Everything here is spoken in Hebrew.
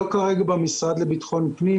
לא כרגע במשרד לבטחון פנים,